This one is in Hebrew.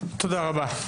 תודה רבה.